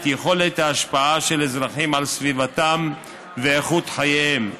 יכולת ההשפעה של אזרחים על סביבתם ואיכות חייהם.